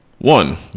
one